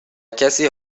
کسی